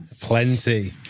Plenty